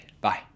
bye